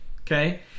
Okay